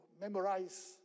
memorize